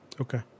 Okay